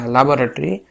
Laboratory